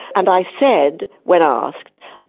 and i said, when asked,